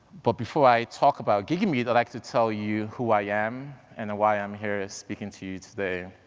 but before i talk about gigameet, i'd like to tell you who i am and why i'm here speaking to you today.